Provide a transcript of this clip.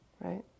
right